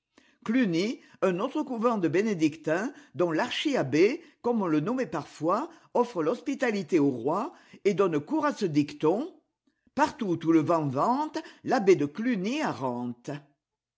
un autre couvent de bénédictins dont larchi abbé comme on le nommait parfois offre l'hospitalité aux rois et donne cours à ce dicton partout où le vent vente l'abbé de cliiny a rente